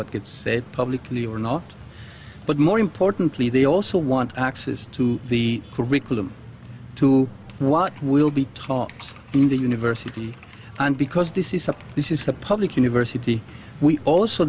what gets said publicly or not but more importantly they also want access to the curriculum to what will be taught in the university and because this is a this is a public university we also